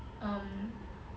um